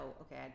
okay